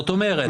זאת אומרת,